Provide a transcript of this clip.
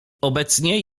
obecnie